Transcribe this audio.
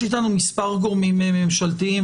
יש איתנו מספר גורמים ממשלתיים,